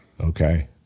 okay